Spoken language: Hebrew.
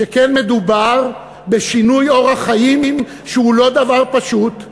שכן מדובר בשינוי אורח חיים שהוא לא דבר פשוט.